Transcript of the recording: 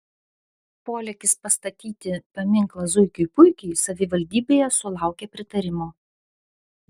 polėkis pastatyti paminklą zuikiui puikiui savivaldybėje sulaukė pritarimo